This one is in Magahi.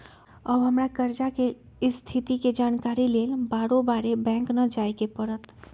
अब हमरा कर्जा के स्थिति के जानकारी लेल बारोबारे बैंक न जाय के परत्